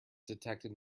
detected